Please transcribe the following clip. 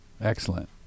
Excellent